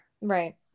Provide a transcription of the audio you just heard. Right